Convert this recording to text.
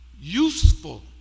useful